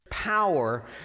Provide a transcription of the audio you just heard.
Power